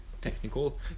technical